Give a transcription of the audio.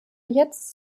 jetzt